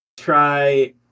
Try